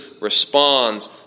responds